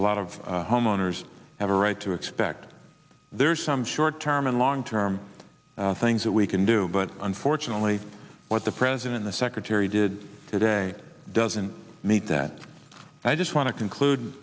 a lot of homeowners have a right to expect there's some short term and long term things that we can do but unfortunately what the president the secretary did today doesn't meet that i just want to conclude